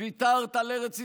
ויתרת על ארץ ישראל,